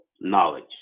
knowledge